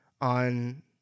on